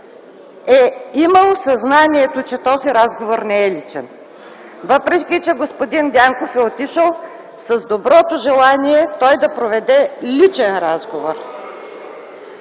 е имал съзнанието, че този разговор не е личен, въпреки че господин Дянков е отишъл с доброто желание да проведе личен разговор.